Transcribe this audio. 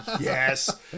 yes